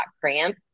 cramp